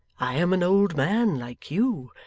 i am an old man, like you,